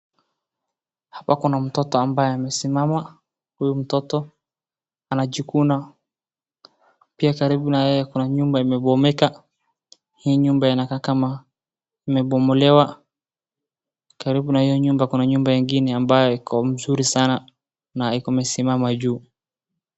Hapa kuna mtoto ambaye amesimama. Huyu mtoto anajikuna. Pia karibu na yeye kuna nyumba imembomoka. Hii nyumba inakaa kama imebomolewa. Karibu na hiyo nyumba kuna nyumba ingine ambaye iko mzuri sana na iko imesimama juu.